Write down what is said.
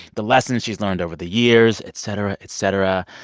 the lessons she's learned over the years, etc, etc.